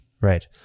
Right